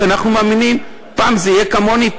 כי אנחנו מאמינים שפעם זה יהיה כמו שאני רוצה,